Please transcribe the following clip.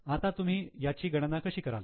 आता तुम्ही याची गणना कशी कराल